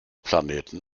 planeten